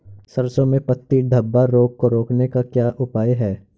सरसों में पत्ती धब्बा रोग को रोकने का क्या उपाय है?